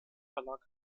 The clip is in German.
verlag